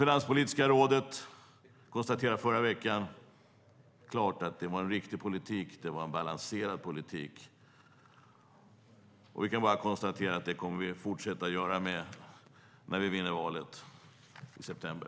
Finanspolitiska rådet konstaterade klart i förra veckan att detta är en riktig och balanserad politik. Vi kan bara konstatera att vi kommer att fortsätta att föra den när vi vinner valet i september.